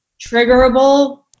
triggerable